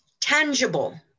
tangible